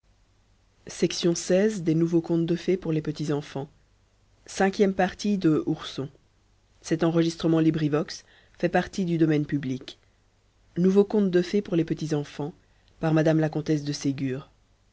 bibliothèque nationale de france bnfgallica nouveaux contes de fées pour les petits enfants par mme la comtesse de ségur